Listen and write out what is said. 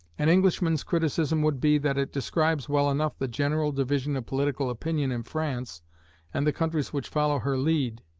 an englishman's criticism would be, that it describes well enough the general division of political opinion in france and the countries which follow her lead,